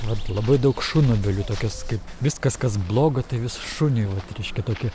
vat labai daug šunobelių tokios kaip viskas kas bloga tai vis šuniui vat reiškia tokie